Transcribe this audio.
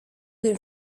den